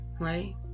right